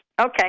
Okay